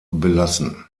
belassen